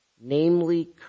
namely